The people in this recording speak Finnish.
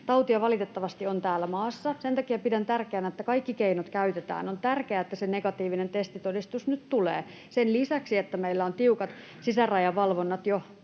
Tautia valitettavasti on täällä maassa. Sen takia pidän tärkeänä, että kaikki keinot käytetään. On tärkeää, että se negatiivinen testitodistus nyt tulee sen lisäksi, että meillä ovat olleet tiukat sisärajavalvonnat jo